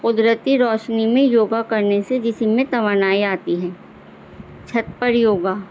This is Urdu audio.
قدرتی روشنی میں یوگا کرنے سے جسم میں توانائییں آتی ہیں چھت پر یوگا